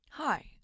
Hi